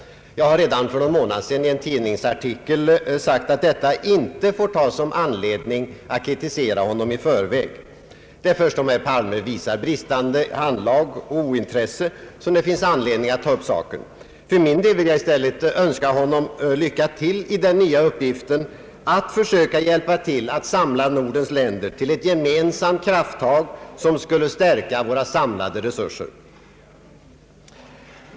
Jag har redan för någon månad sedan i en tidningsartikel sagt att detta inte får tas som anledning att kritisera honom i förväg. Det är först om herr Palme visar bristande handlag och ointresse, som det finns anledning att ta upp saken igen. För min del vill jag i stället önska honom lycka till i den nya uppgiften att försöka hjälpa till att samla Nordens länder till ett gemensamt krafttag som skulle stärka våra samlade resurser.